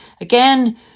Again